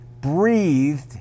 breathed